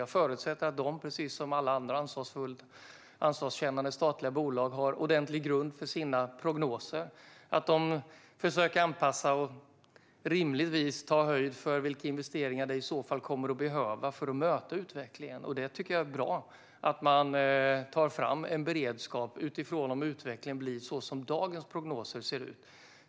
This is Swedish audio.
Jag förutsätter att de precis som alla andra ansvarskännande statliga bolag har ordentlig grund för sina prognoser och att de försöker anpassa sig och ta höjd för de investeringar man kommer att behöva för att möta utvecklingen. Jag tycker att det är bra att man tar fram en beredskap om utvecklingen blir som dagens prognoser ser ut.